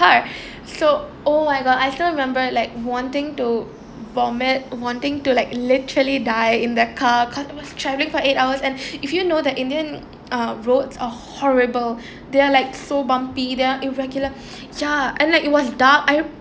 ~ar so oh my god I still remember like wanting to vomit wanting to like literally die in the car cause I was travelling for eight hours and if you know the indian roads are horrible they are like so bumpy there are irregular ya and it was dark I